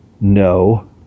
No